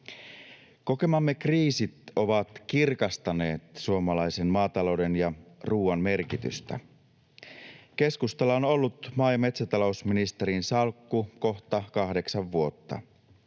Kokemamme kriisit ovat kirkastaneet suomalaisen maatalouden ja ruuan merkitystä. Keskustalla on ollut maa- ja metsätalousministerin salkku kohta kahdeksan vuotta.